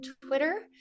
Twitter